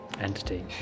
entity